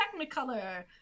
technicolor